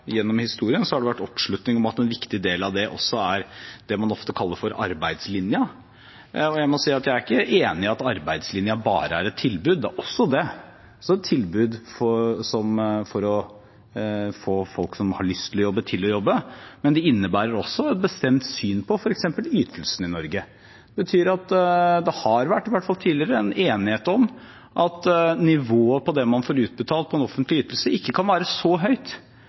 gjennom historien, har det vært oppslutning om at en viktig del av det også er det man ofte kaller arbeidslinja. Jeg må si at jeg ikke er enig i at arbeidslinja bare er et tilbud – det er også det; det er et tilbud for å få folk som har lyst til å jobbe, til å jobbe, men det innebærer også et bestemt syn på f.eks. ytelsene i Norge. Det betyr at det har vært, i hvert fall tidligere, en enighet om at nivået på det man får utbetalt på en offentlig ytelse, ikke kan være så høyt